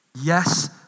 Yes